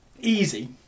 easy